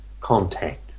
contact